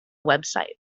website